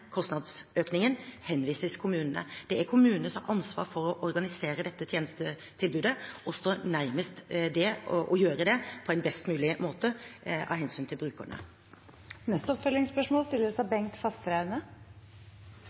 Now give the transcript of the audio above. kostnadsøkningen henvises til kommunene. Det er kommunene som har ansvaret for å organisere dette tjenestetilbudet og står nærmest til å gjøre det på en best mulig måte, av hensyn til brukerne. Bengt Fasteraune – til oppfølgingsspørsmål.